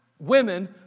women